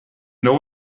know